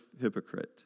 hypocrite